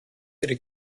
ihre